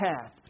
path